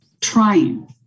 trying